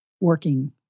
working